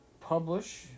publish